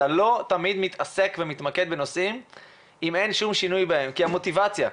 אתה לא תמיד מתעסק ומתמקד בנושאים אם אין שום שינוי בהם כי המוטיבציה,